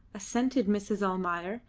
assented mrs. almayer,